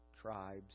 tribes